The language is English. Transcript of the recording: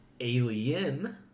Alien